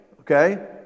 okay